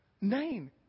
nine